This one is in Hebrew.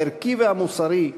הערכי והמוסרי,